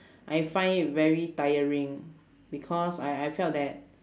I find it very tiring because I I felt that